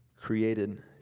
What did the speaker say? created